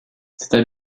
cet